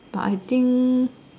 but I think